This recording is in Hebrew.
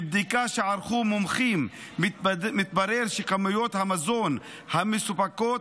בבדיקה שערכו מומחים מתברר שכמויות המזון המסופקות